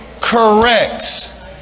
corrects